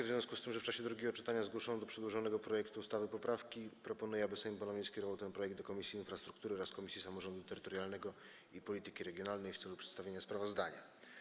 W związku z tym, że w czasie drugiego czytania zgłoszono do przedłożonego projektu ustawy poprawki, proponuję, aby Sejm ponownie skierował ten projekt do Komisji Infrastruktury oraz Komisji Samorządu Terytorialnego i Polityki Regionalnej w celu przedstawienia sprawozdania.